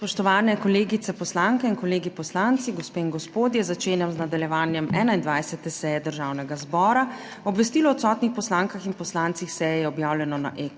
Spoštovane kolegice poslanke in kolegi poslanci, gospe in gospodje! Začenjam nadaljevanje 21. seje Državnega zbora. Obvestilo o odsotnih poslankah in poslancih s seje je objavljeno na